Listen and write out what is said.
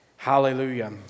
Hallelujah